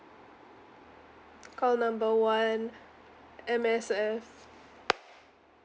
call number one M_S_F